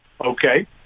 Okay